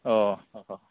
अ अ